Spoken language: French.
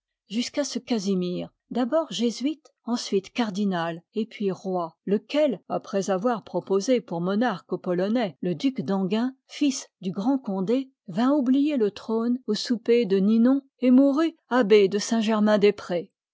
jusqu'à ce casimir d'abord jésuite ensuite cardinal et puis roi lequel après avoir proposé pour monarque aux polonais le duc d'enghien fils du grand condé vint oublier le trône aux soupers de ninon et mourut abbé de